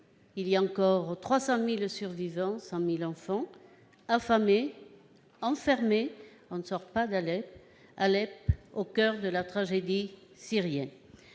Il y a encore 300 000 survivants et 100 000 enfants affamés et enfermés. On ne sort pas d'Alep ! Alep est « au coeur de la tragédie syrienne